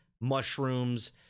mushrooms